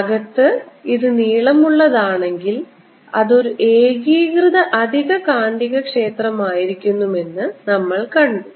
അകത്ത് ഇത് നീളമുള്ളതാണെങ്കിൽ അത് ഒരു ഏകീകൃത അധിക കാന്തികക്ഷേത്രമായിരിക്കുമെന്ന് നമ്മൾ കണ്ടു